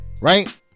right